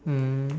mm